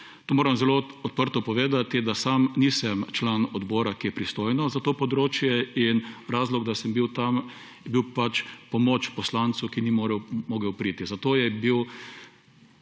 moram zelo odprto povedati, da sam nisem član odbora, ki je pristojno za to področje in razlog, da sem bil tam je bil pač pomoč poslancu, ki ni mogel priti, zato je bil